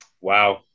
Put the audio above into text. wow